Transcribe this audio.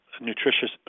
nutritious